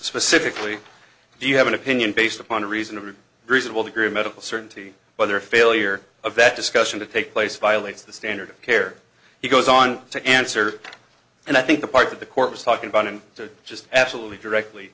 specifically do you have an opinion based upon reason of a reasonable degree of medical certainty whether a failure of that discussion to take place violates the standard of care he goes on to answer and i think the part that the court was talking about and just absolutely directly